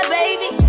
baby